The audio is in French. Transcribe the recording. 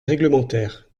réglementaire